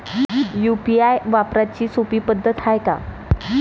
UPI वापराची सोपी पद्धत हाय का?